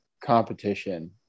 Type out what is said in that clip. Competition